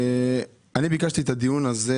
אני ביקשתי את הדיון הזה.